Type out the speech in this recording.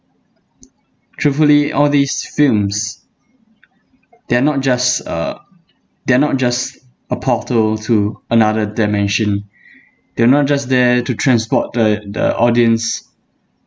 truthfully all these films they're not just uh they're not just a portal to another dimension they're not just there to transport the the audience